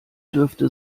dürfte